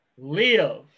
live